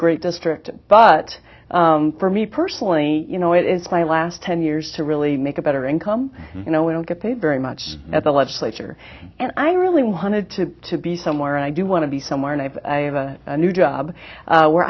great district but for me personally you know it's my last ten years to really make a better income you know we don't get paid very much at the legislature and i really wanted to to be somewhere i do want to be somewhere and i have a new job where